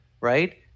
Right